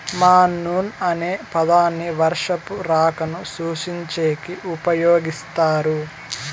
monsoon అనే పదాన్ని వర్షపు రాకను సూచించేకి ఉపయోగిస్తారు